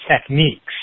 techniques